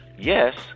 yes